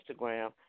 Instagram